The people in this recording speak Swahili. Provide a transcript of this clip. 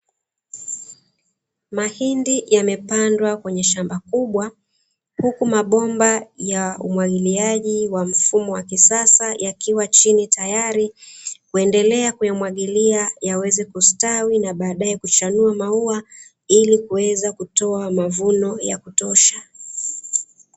Mahindi yamepandwa kwenye shamba kubwa, huku mabomba ya umwagiliaji wa mfumo wa kisasa yakiwa chini tayari, kuendelea kuyamwagilia yaweze kustawi na baadaye kuchanua maua ili kuweza kutoa mavuno ya kutosha.